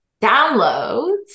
downloads